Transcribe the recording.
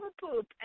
poop